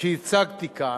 שהצגתי כאן.